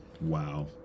Wow